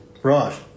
Right